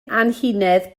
anhunedd